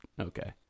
okay